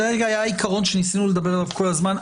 זה היה העיקרון שניסינו לדבר עליו כל הזמן.